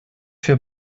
für